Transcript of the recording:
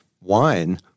wine